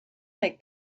like